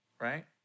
right